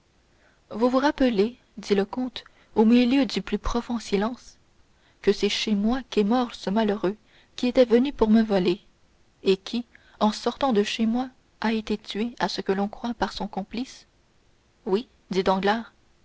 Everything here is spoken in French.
vous vous rappelez dit le comte au milieu du plus profond silence que c'est chez moi qu'est mort ce malheureux qui était venu pour me voler et qui en sortant de chez moi a été tué à ce que l'on croit par son complice oui dit